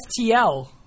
FTL